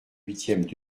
huitième